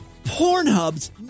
Pornhub's